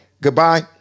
Goodbye